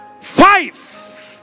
Five